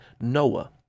Noah